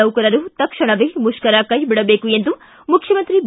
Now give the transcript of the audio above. ನೌಕರರು ತಕ್ಷಣ ಮುಷ್ಕರ ಕೈಬಿಡಬೇಕು ಎಂದು ಮುಖ್ಕಮಂತ್ರಿ ಬಿ